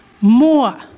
More